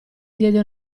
diede